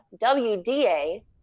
wda